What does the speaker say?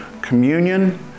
Communion